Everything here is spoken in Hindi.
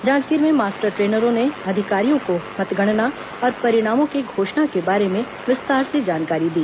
जांजगीर में मास्टर ट्रेनरों ने अधिकारियों को मतगणना और परिणामों के घोषणा के बारे में विस्तार से जानकारी दी